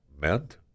meant